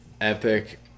Epic